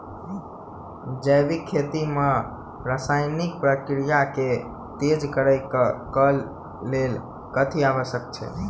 जैविक खेती मे रासायनिक प्रक्रिया केँ तेज करै केँ कऽ लेल कथी आवश्यक छै?